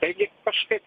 taigi kažkaip